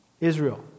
Israel